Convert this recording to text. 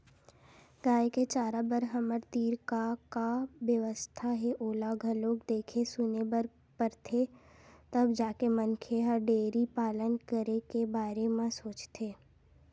गाय के चारा बर हमर तीर का का बेवस्था हे ओला घलोक देखे सुने बर परथे तब जाके मनखे ह डेयरी पालन करे के बारे म सोचथे